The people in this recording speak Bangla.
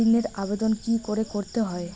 ঋণের আবেদন কি করে করতে হয়?